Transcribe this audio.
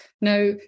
Now